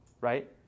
Right